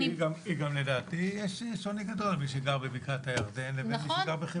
גם לדעתי יש שוני גדול בין מי שגר בבקעת הירדן לבין מי שגר בחברון.